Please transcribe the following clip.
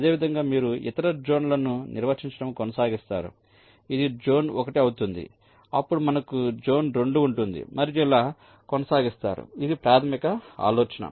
అదేవిధంగా మీరు ఇతర జోన్ల లను నిర్వచించడం కొనసాగిస్తారు ఇది జోన్ 1 అవుతుంది అప్పుడు మనకు జోన్ 2 ఉంటుంది మరియు ఇలా కొనసాగిస్తారు ఇది ప్రాథమిక ఆలోచన